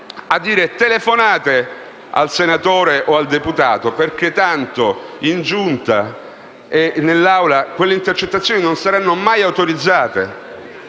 a dire di telefonare al senatore o al deputato, perché tanto in Giunta e nell'Aula quelle intercettazioni non saranno mai autorizzate?